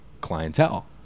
clientele